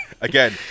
Again